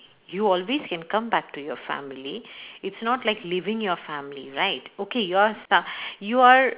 you always can come back to your family it's not like leaving your family right okay yours uh you are